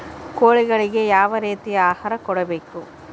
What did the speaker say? ಕೋಳಿಗಳಿಗೆ ಯಾವ ರೇತಿಯ ಆಹಾರ ಕೊಡಬೇಕು?